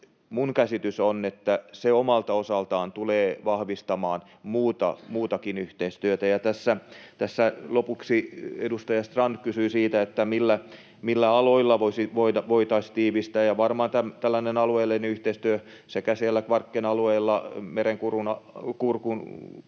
minun käsitykseni on, että se omalta osaltaan tulee vahvistamaan muutakin yhteistyötä. Tässä lopuksi edustaja Strand kysyi siitä, millä aloilla voitaisiin tiivistää. Varmaan tällainen alueellinen yhteistyö: Sekä Kvarkenin alue, Merenkurkun alue,